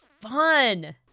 fun